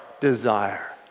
desire